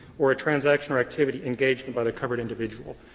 or a transaction or activity engaged in by the covered individual.